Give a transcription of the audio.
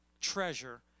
treasure